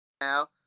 now